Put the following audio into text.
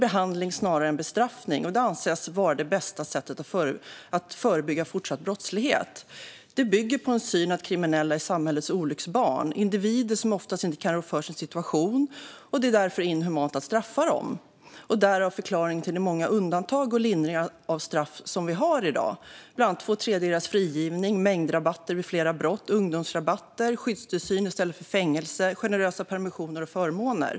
Behandling snarare än bestraffning anses vara det bästa sättet att förebygga fortsatt brottslighet. Detta bygger på en syn att kriminella är samhällets olycksbarn, att de är individer som oftast inte kan rå för sin situation och att det därför är inhumant att straffa dem. Det här är förklaringen till de många undantag och strafflindringar vi har, bland annat tvåtredjedelsfrigivning, mängdrabatt vid flera brott, ungdomsrabatter, skyddstillsyn i stället för fängelse samt generösa permissioner och förmåner.